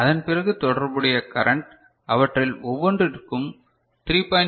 அதன்பிறகு தொடர்புடைய கரண்ட் அவற்றில் ஒவ்வொன்றிற்கும் 3